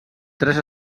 tres